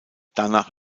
danach